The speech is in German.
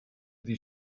die